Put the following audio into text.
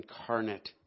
incarnate